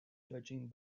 judging